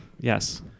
Yes